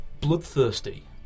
bloodthirsty